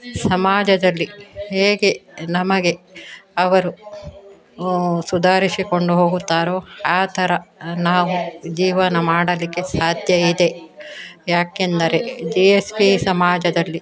ಸಮಾಜದಲ್ಲಿ ಹೇಗೆ ನಮಗೆ ಅವರು ಸುಧಾರಿಸಿಕೊಂಡು ಹೋಗುತ್ತಾರೋ ಆ ಥರ ನಾವು ಜೀವನ ಮಾಡಲಿಕ್ಕೆ ಸಾಧ್ಯವಿದೆ ಯಾಕೆಂದರೆ ಜಿ ಎಸ್ ಬಿ ಸಮಾಜದಲ್ಲಿ